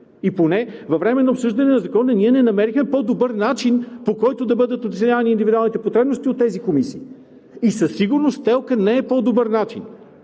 И поне по време на обсъждане на Закона ние не намерихме по-добър начин, по който да бъдат оценявани индивидуалните потребности от тези комисии, и със сигурност ТЕЛК-ът не е по-добър начин.